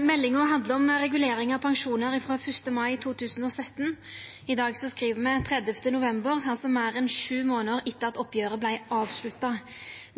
Meldinga handlar om regulering av pensjonar frå 1. mai 2017. I dag skriv me 30. november, altså meir enn sju månader etter at oppgjeret vart avslutta.